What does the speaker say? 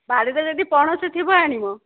ବାଡ଼ିରେ ଯଦି ପଣସ ଥିବ ଆଣିବ